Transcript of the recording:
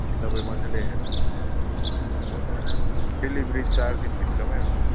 तपाईँ मज्जाले हेर्नुहोस् हजुर डेलिभरी चार दिन भित्रमै हुन्छ